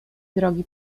drogi